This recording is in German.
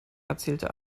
erzählte